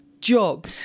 job